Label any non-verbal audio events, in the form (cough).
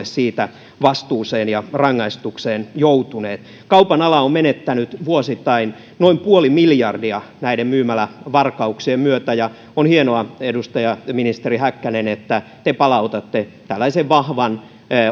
(unintelligible) siitä vastuuseen ja rangaistukseen joudu kuten eivät tähän päivään mennessä ole joutuneet kaupan ala on menettänyt vuosittain noin puoli miljardia näiden myymälävarkauksien myötä on hienoa ministeri häkkänen että te palautatte tällaisen vahvan